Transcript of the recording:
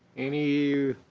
any